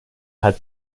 had